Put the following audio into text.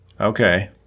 Okay